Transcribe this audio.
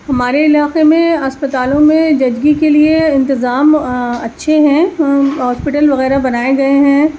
ہمارے علاقے میں اسپتالوں میں ججگی کے لیے انتظام اچھے ہیں ہاسپٹل وغیرہ بنائے گئے ہیں